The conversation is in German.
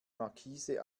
markise